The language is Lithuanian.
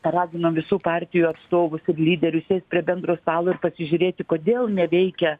paraginom visų partijų atstovus ir lyderius sėst prie bendro stalo ir pasižiūrėti kodėl neveikia